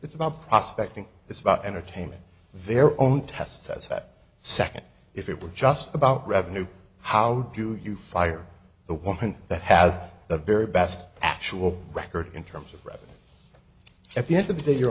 it's about prospecting it's about entertainment their own test says that second if it were just about revenue how do you fire the woman that has the very best actual record in terms of revenue at the end of the day you